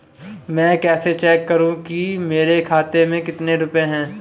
मैं कैसे चेक करूं कि मेरे खाते में कितने रुपए हैं?